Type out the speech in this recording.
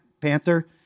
Panther